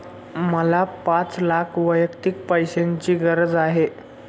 मला पाच लाख वैयक्तिक पैशाची गरज आहे